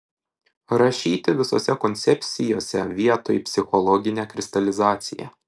rašyti visose koncepcijose vietoj psichologinė kristalizacija